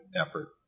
effort